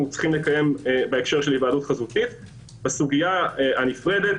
צריכים לקיים בהקשר של היוועדות חזותית בסוגיה הנפרדת